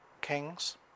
kings